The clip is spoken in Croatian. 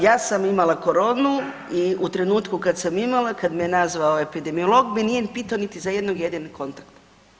Ja sam imala koronu i u trenutku kad sam imala kad me nazvao epidemiolog me nije pitao niti za jednog jedinog kontakta.